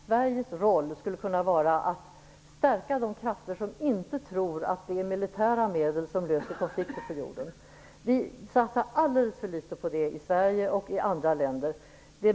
Sveriges roll skulle kunna vara att stärka de krafter som inte tror att det är militära medel som löser konflikter på jorden. Vi satsar alldeles för litet på det i Sverige och i andra länder.